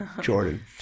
Jordan